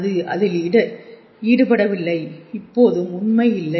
அது அதில் ஈடுபடவில்லை இப்போதும் உண்மை இல்லை